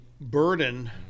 burden